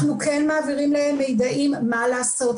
אנחנו כן מעבירים להם מידעים מה לעשות,